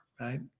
right